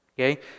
Okay